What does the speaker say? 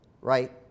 Right